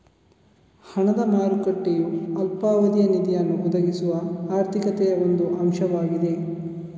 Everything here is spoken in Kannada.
ಹಣದ ಮಾರುಕಟ್ಟೆಯು ಅಲ್ಪಾವಧಿಯ ನಿಧಿಯನ್ನು ಒದಗಿಸುವ ಆರ್ಥಿಕತೆಯ ಒಂದು ಅಂಶವಾಗಿದೆ